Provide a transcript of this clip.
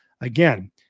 Again